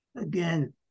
Again